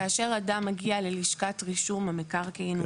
כאשר אדם מגיע ללשכת רישום המקרקעי,